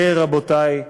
זה, רבותי,